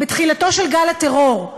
בתחילתו של גל הטרור,